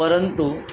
परंतु